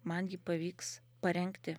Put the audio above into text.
man jį pavyks parengti